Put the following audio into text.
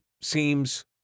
seems